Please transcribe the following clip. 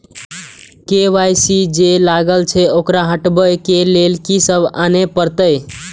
KYC जे लागल छै ओकरा हटाबै के लैल की सब आने परतै?